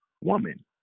Woman